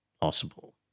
possible